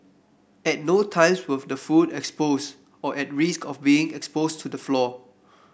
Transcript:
at no times was the food exposed or at risk of being exposed to the floor